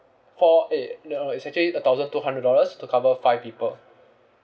four eh no no it's actually a thousand two hundred dollars to cover five people